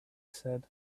said